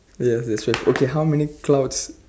ya there's twelve okay how many clouds